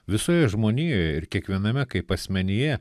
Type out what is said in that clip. visoje žmonijoje ir kiekviename kaip asmenyje